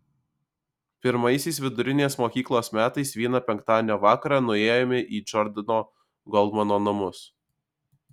pirmaisiais vidurinės mokyklos metais vieną penktadienio vakarą nuėjome į džordano goldmano namus